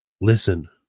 Listen